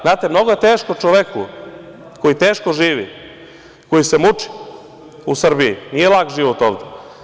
Znate, mnogo je teško čoveku koji teško živi, koji se muči u Srbiji, nije lak život ovde.